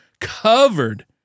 covered